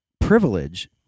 Privilege